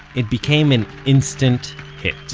it became an instant hit